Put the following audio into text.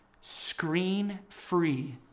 screen-free